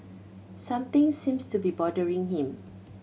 something seems to be bothering him